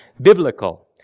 Biblical